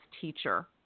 teacher